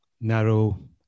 narrow